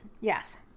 Yes